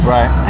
Right